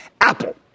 Apple